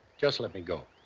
just let me go.